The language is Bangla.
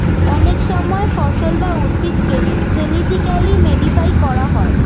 অনেক সময় ফসল বা উদ্ভিদকে জেনেটিক্যালি মডিফাই করা হয়